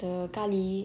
the 咖喱